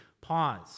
pause